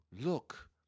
look